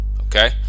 okay